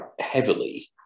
heavily